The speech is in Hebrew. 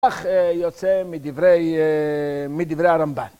כך יוצא מדברי הרמב״ן.